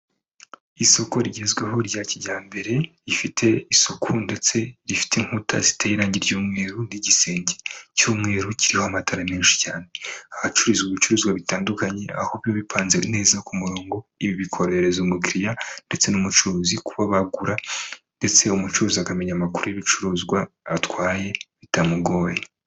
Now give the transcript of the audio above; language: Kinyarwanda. Isoko rigezweho rya kijyambere rifite isuku ndetse rifite inkuta zitaraye irangi ry'umweru n'igisenge cy'umweru kiriho amatara menshi cyane. Ahacuruza ibicuruzwa bitandukanye, aho biba bipanze neza ku murongo ibi bikorerereza umukiriya ndetse n'umucuruzi kuba bagura ndetse umucuruzi akamenya amakuru y'ibicuruzwa atwaye bitamugoye.